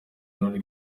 uruhare